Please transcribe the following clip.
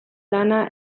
lana